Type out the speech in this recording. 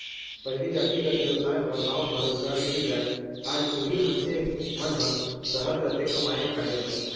पहिली जातिगत बेवसाय म गाँव म रोजगार मिल जाय आज उही मनसे मन ह सहर जाथे कमाए खाए बर